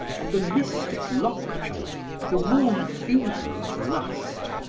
of the mystic lockjaw, the warm fever of lust,